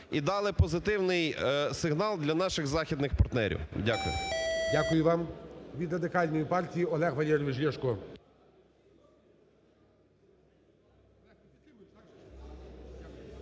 і дали позитивний сигнал для наших західних партнерів. Дякую.